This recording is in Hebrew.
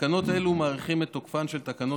תקנות אלה מאריכות את תוקפן של תקנות